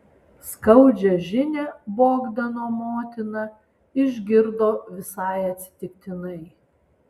skaudžią žinią bogdano motina išgirdo visai atsitiktinai